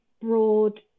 broad